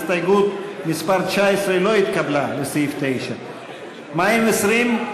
הסתייגות מס' 19 לא התקבלה, לסעיף 9. מה עם 20,